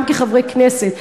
גם כחברי כנסת,